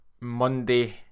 Monday